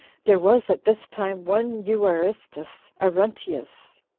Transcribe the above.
there was at this time one euaristus arruntius,